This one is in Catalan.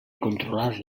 controlar